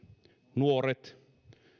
nuoret